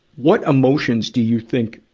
what emotions do you think,